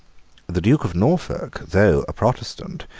the duke of norfolk, though a protestant,